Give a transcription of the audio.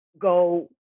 go